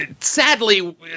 sadly